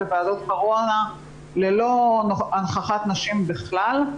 ללא הנכחת נשים בכלל.